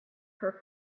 her